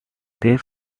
these